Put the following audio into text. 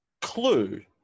clue